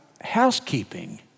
housekeeping